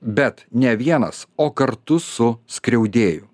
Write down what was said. bet ne vienas o kartu su skriaudėju